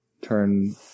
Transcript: turn